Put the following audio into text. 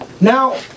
Now